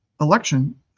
election